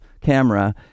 camera